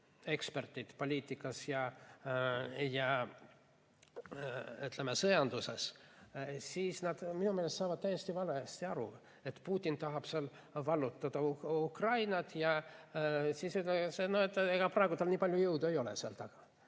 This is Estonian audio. eksperte poliitikas ja sõjanduses, siis minu meelest nad saavad täiesti valesti aru, et Putin tahab vallutada Ukrainat ja ega NATO-l praegu nii palju jõudu ei ole seal taga.